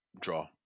draw